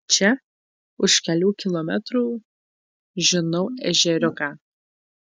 čia už kelių kilometrų žinau ežeriuką